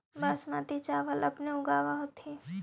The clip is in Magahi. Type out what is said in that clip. बासमती चाबल अपने ऊगाब होथिं?